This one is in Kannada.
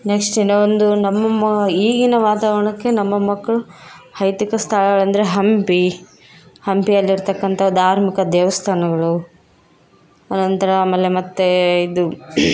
ನೆಕ್ಸ್ಟ್ ಇನ್ನೊಂದು ನಮ್ಮ ಅಮ್ಮ ಈಗಿನ ವಾತಾವರಣಕ್ಕೆ ನಮ್ಮ ಮಕ್ಕಳು ಹೈತಿಕ ಸ್ಥಳಗಳೆಂದರೆ ಹಂಪಿ ಹಂಪಿಯಲ್ಲಿರ್ತಕ್ಕಂಥ ಧಾರ್ಮಿಕ ದೇವಸ್ಥಾನಗಳು ಅನಂತರ ಆಮೇಲೆ ಮತ್ತು ಇದು